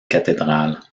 cathédrale